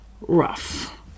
Rough